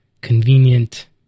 convenient